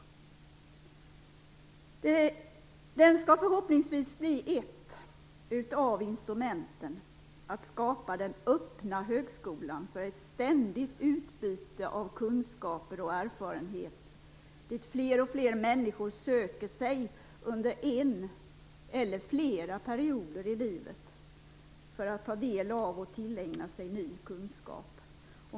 Den skall förhoppningsvis bli ett av instrumenten att skapa den öppna högskolan för ett ständigt utbyte av kunskaper och erfarenheter, dit fler och fler människor söker sig under en eller flera perioder i livet, för att ta del av och tillägna sig ny kunskap.